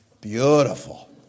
Beautiful